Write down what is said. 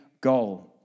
goal